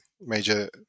major